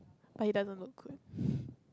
but it doesn't look good